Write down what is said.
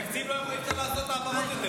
אי-אפשר לעשות יותר העברות.